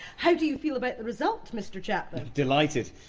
how do you feel about the result, mr chapman? delighted.